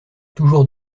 toujours